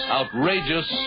outrageous